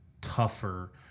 tougher